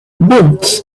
months